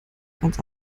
ganz